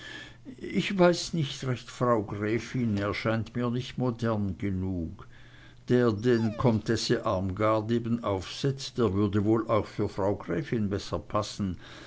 ich weiß nicht recht frau gräfin er scheint mir nicht modern genug der den comtesse armgard eben aufsetzt der würde wohl auch für frau gräfin besser passen